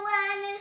one